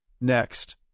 next